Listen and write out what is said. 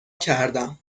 کردم